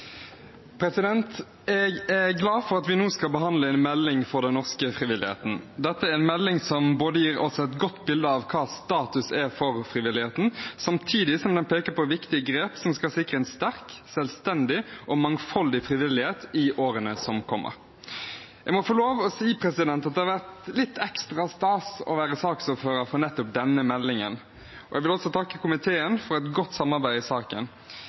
vedtatt. Jeg er glad for at vi nå skal behandle en melding for den norske frivilligheten. Dette er en melding som gir oss et godt bilde av hva status er for frivilligheten, samtidig som den peker på viktige grep som skal sikre en sterk, selvstendig og mangfoldig frivillighet i årene som kommer. Jeg må få lov å si at det har vært litt ekstra stas å være saksordfører for nettopp denne meldingen. Jeg vil også takke komiteen for et godt samarbeid i saken.